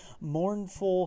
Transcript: Mournful